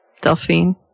Delphine